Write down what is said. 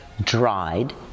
dried